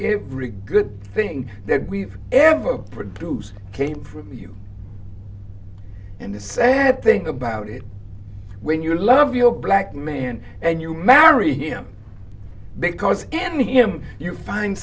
every good thing that we've ever produced came from you and the sad thing about it when you love your black man and you marry him because in him you find